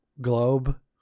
globe